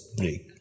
break